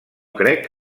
crec